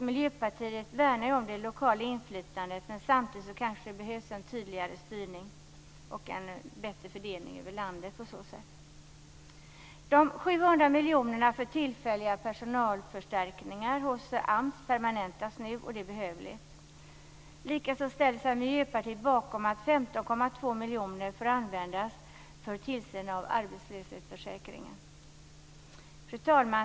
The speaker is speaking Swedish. Miljöpartiet värnar om det lokala inflytandet, men samtidigt kanske det behövs en tydligare styrning och en bättre fördelning över landet. De 700 miljonerna för tillfälliga personalförstärkningar hos AMS permanentas nu, och det är behövligt. Likaså ställer sig Miljöpartiet bakom att 15,2 miljoner får användas för tillsyn av arbetslöshetsförsäkringen. Fru talman!